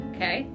Okay